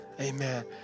Amen